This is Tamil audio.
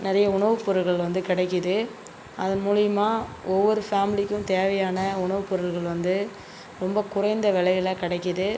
நிறைய உணவுப் பொருள்கள் வந்து கிடைக்குது அதன் மூலியமா ஒவ்வொரு ஃபேமிலிக்கும் தேவையான உணவுப் பொருள்கள் வந்து ரொம்ப குறைந்த விலையில கிடைக்குது